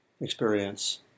experience